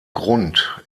grund